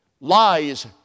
lies